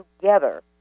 together